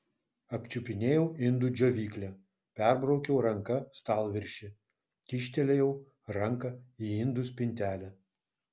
apčiupinėjau indų džiovyklę perbraukiau ranka stalviršį kyštelėjau ranką į indų spintelę